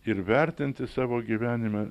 ir vertinti savo gyvenime